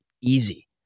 easy